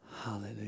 Hallelujah